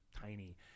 tiny